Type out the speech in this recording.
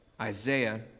Isaiah